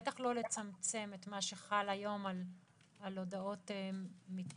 בטח לא לצמצם את מה שחל היום על הודעות מתפרצות.